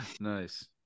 Nice